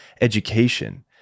education